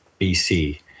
BC